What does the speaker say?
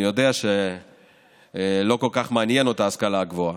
אני יודע שלא כל כך מעניינת אותה ההשכלה הגבוהה: